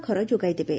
ଘର ଯୋଗାଇଦେବେ